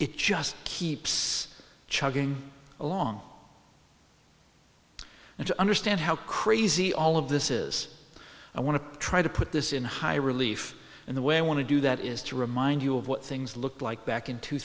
it just keeps chugging along and to understand how crazy all of this is i want to try to put this in high relief and the way i want to do that is to remind you of what things looked like back in two